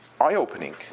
eye-opening